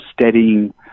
steadying